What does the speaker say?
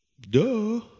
Duh